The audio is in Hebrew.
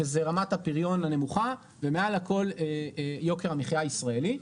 שזה רמת הפריון הנמוכה ומעל הכול יוקר המחיה הישראלי.